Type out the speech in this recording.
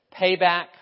payback